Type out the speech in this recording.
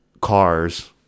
cars